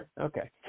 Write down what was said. Okay